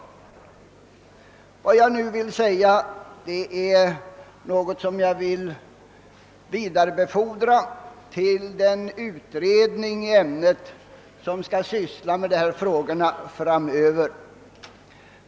Vad jag nu vill säga är något som jag vill vidarebefordra till den utredning som skall syssla med dessa frågor framöver.